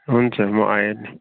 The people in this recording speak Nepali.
हुन्छ म आइहालेँ